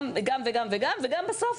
גם וגם; וגם בסוף,